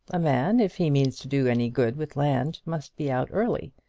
a man, if he means to do any good with land, must be out early.